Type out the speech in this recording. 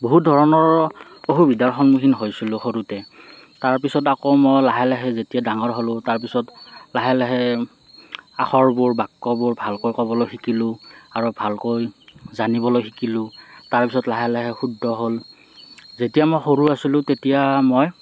বহুত ধৰণৰ অসুবিধাৰ সন্মুখীন হৈছিলোঁ সৰুতে তাৰ পিছত আকৌ মই লাহে লাহে যেতিয়া ডাঙৰ হ'লো তাৰ পিছত লাহে লাহে আখৰবোৰ বাক্যবোৰ ভালকৈ ক'বলৈ শিকিলোঁ আৰু ভালকৈ জানিবলৈ শিকিলোঁ তাৰ পিছত লাহে লাহে শুদ্ধ হ'ল যেতিয়া মই সৰু আছিলোঁ তেতিয়া মই